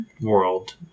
world